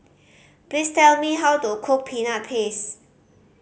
please tell me how to cook Peanut Paste